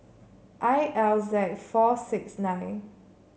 I L Z four six nine